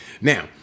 Now